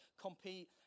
compete